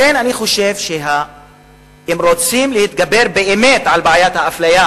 לכן אני חושב שאם רוצים להתגבר באמת על בעיית האפליה,